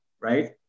right